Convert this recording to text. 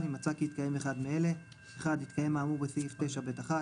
אם מצאה כי התקיים אחד מאלה: התקיים האמור בסעיף 9/ב'/1.